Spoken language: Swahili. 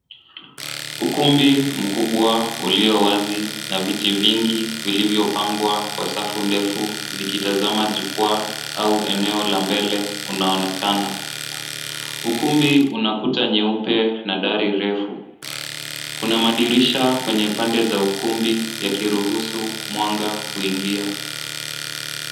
Ukumbi mkubwa ulio wazi na viti vingi vilivyopangwa kwa safu ndefu vikitazama jukwaa au eneo la mbele unaonekana. Ukumbi una kuta nyeupe na dari refu. Kuna madirisha kwenye pande za ukumbi yakiruhusu mwanga kuingia.